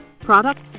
products